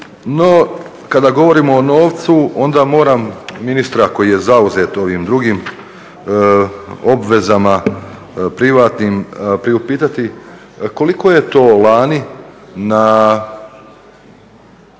No kada govorimo o novcu onda moram ministra koji je zauzet ovim drugim obvezama privatnim priupitati koliko je to lani na